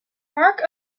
mark